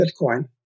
Bitcoin